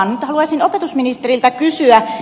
nyt haluaisin opetusministeriltä kysyä